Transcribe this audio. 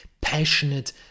Passionate